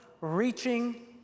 reaching